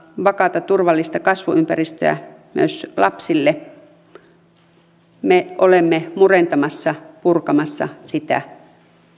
vakaata turvallista kasvuympäristöä myös lapsille ja me olemme murentamassa purkamassa sitä